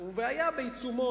והיה בעיצומו,